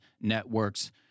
networks